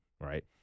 right